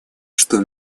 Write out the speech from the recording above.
что